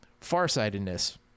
farsightedness